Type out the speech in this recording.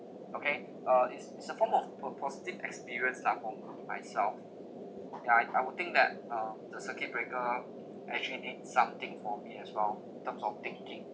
okay uh is is a form of po~ positive experience lah for uh myself okay I I would think that uh the circuit breaker actually did something for me as well in terms of thinking